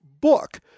Book